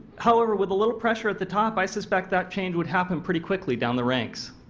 however with a little pressure at the top i suspect that change would happen pretty quickly down the ranks.